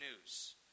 news